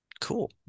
Cool